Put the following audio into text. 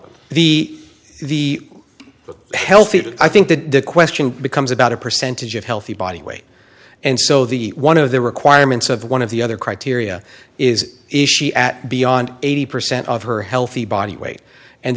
and the the health food i think that the question becomes about a percentage of healthy body weight and so the one of the requirements of one of the other criteria is at beyond eighty percent of her healthy body weight and